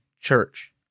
church